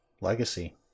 Legacy